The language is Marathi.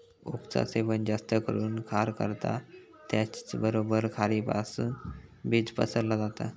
ओकचा सेवन जास्त करून खार करता त्याचबरोबर खारीपासुन बीज पसरला जाता